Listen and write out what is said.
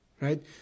right